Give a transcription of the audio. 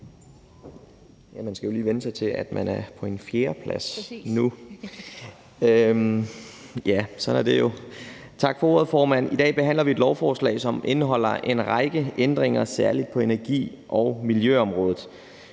Man skal jolige vænne sig til, at man er på en fjerdeplads nu i talerrækken, men sådan er det. Tak for ordet, formand. I dag behandler vi et lovforslag, som indeholder en række ændringer, særlig på energi- og miljøområdet.